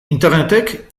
internetek